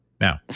Now